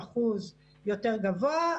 אחוז יותר גבוה,